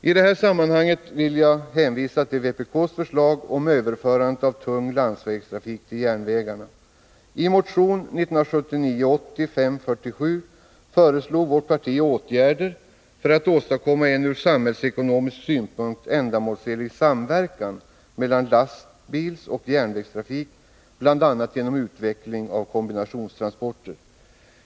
I detta sammanhang vill jag hänvisa till vpk:s förslag om överförande av tung landsvägstrafik till järnvägarna. I motion 1979/80:547 föreslog vårt parti åtgärder för att åstadkomma en ur samhällsekonomisk synpunkt ändamålsenlig samverkan mellan lastbilsoch järnvägstrafik, bl.a. genom utveckling av kombinationstransporter.